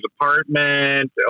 apartment